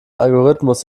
algorithmus